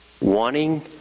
Wanting